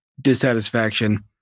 dissatisfaction